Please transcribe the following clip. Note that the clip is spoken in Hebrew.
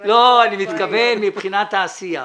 לא, אני מתכוון מבחינת העשייה.